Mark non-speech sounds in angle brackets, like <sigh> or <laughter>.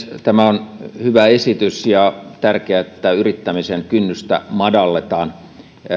<unintelligible> tämä on hyvä esitys ja on tärkeää että yrittämisen kynnystä madalletaan